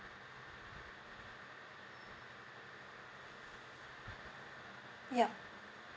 yup